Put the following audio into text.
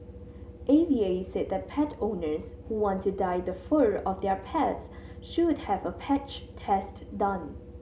A V A said that pet owners who want to dye the fur of their pets should have a patch test done